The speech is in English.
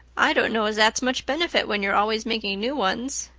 i don't know as that's much benefit when you're always making new ones.